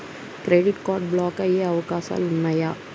Credit card block అయ్యే అవకాశాలు ఉన్నయా?